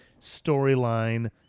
storyline